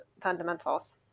fundamentals